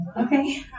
okay